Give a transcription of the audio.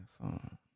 phone